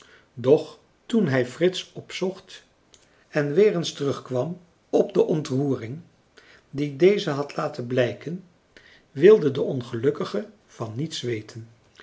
doch toen hij frits opzocht en weer eens terugkwam op de ontroering die deze had laten blijken wilde de ongelukkige van niets weten